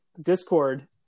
Discord